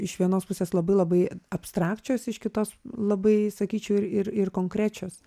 iš vienos pusės labai labai abstrakčios iš kitos labai sakyčiau ir ir konkrečios